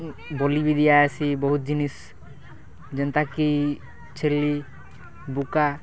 ବୋଲି ବିରି ଆସି ବହୁତ ଜିନିଷ ଯେନ୍ତା କି ଛେଲି ବୋଦା